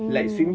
mm